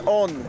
on